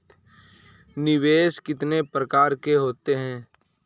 निवेश कितनी प्रकार के होते हैं?